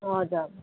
हजुर